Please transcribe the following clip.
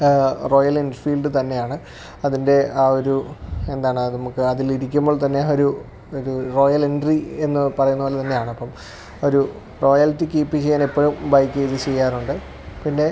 royal Enfield തന്നെയാണ് അതിന്റെ ആ ഒരു എന്താണ് നമുക്ക് അതിലിരിക്കുമ്പോൾ തന്നെ ഒരു ഒരു റോയൽ എൻട്രി എന്ന് പറയുന്ന പോലെ തന്നെയാണപ്പോള് ഒരു റോയൽറ്റി കീപ്പെയ്യാനെപ്പോഴും ബൈക്കിത് ചെയ്യാറുണ്ട് പിന്നെ